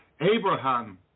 Abraham